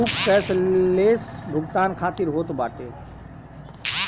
chequebook cashless भुगतान खातिर होत बाटे